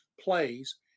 plays